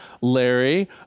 Larry